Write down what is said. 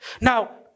Now